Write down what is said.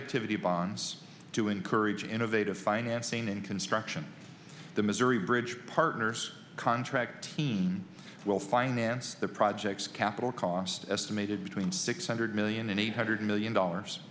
activity bons to encourage innovative financing and construction the missouri bridge partners contract scene will finance the projects capital cost estimated between six hundred million and eight hundred million dollars